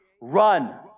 Run